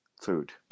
food